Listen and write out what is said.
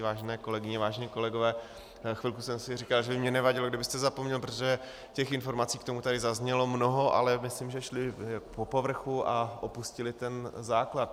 Vážené kolegyně, vážení kolegové, chvilku jsem si říkal, že by mi nevadilo, kdybyste zapomněl, protože těch informací k tomu tady zaznělo mnoho, ale myslím, že šly po povrchu a opustily ten základ.